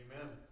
Amen